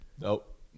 Nope